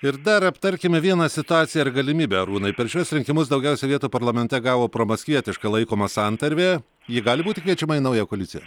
ir dar aptarkime vieną situaciją ir galimybę arūnai per šiuos rinkimus daugiausia vietų parlamente gavo promaskvietiška laikoma santarvė ji gali būti kviečiama į naują koaliciją